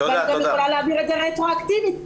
ואני גם יכולה להעביר את זה רטרואקטיבית,